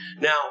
Now